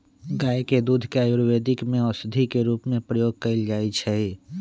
गाय के दूध के आयुर्वेद में औषधि के रूप में प्रयोग कएल जाइ छइ